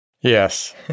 Yes